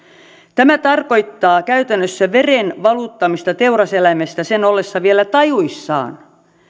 tämä tarkoittaa käytännössä veren valuttamista teuraseläimestä sen ollessa vielä tajuissaan